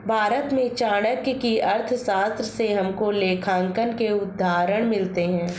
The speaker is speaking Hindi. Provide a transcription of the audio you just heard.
भारत में चाणक्य की अर्थशास्त्र से हमको लेखांकन के उदाहरण मिलते हैं